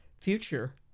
future